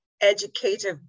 educative